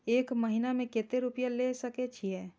एक महीना में केते रूपया ले सके छिए?